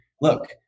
Look